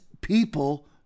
people